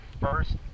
first